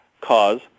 cause